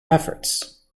efforts